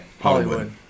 Hollywood